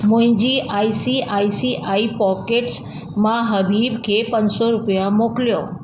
मुंहिंजी I C I C I pockets मां हबीब खे पंज सौ रुपिया मोकिलियो